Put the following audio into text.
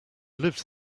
lives